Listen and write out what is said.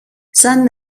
σαν